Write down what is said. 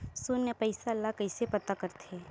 शून्य पईसा ला कइसे पता करथे?